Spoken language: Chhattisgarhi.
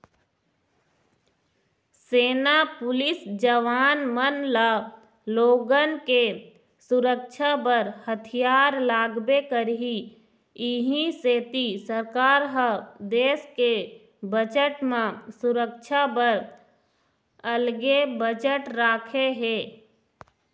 सेना, पुलिस जवान मन ल लोगन के सुरक्छा बर हथियार लागबे करही इहीं सेती सरकार ह देस के बजट म सुरक्छा बर अलगे बजट राखे हे